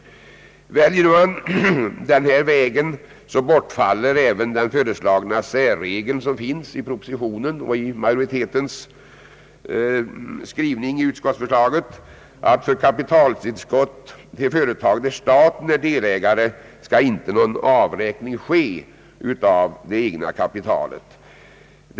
Väljer man denna väg bortfaller även den särregel som finns i propositionen och i utskottsmajoritetens förslag, att för kapitaltillskottet i företag där staten är delägare skall ingen avräkning av det egna kapitalet ske.